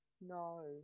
No